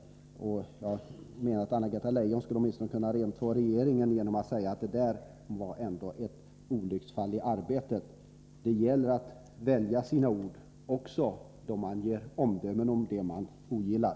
Jag menar att Anna-Greta Leijon åtminstone skulle kunna rentvå regeringen genom att säga att det ändå var ett olycksfall i arbetet. Det gäller att välja sina ord också när man gör omdömen om dem man ogillar.